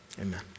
Amen